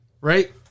right